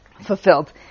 fulfilled